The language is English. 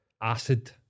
acid